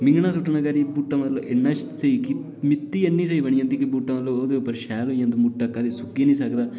मिंङनां सु'ट्टने करी बूह्टा मतलब इन्ना स्हेई कि मित्ती इन्नी स्हेई बनी जंदी ऐ मतलब बूह्टा ओह्दे उप्पर शैल होई जदां मुट्टा कदें सुक्की नी सकदा